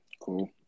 Cool